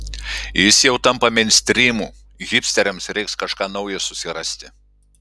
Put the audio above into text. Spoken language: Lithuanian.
jis jau tampa meinstrymu hipsteriams reiks kažką naują susirasti